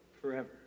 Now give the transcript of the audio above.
forever